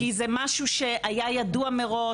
-- כי זה משהו שהיה ידוע מראש.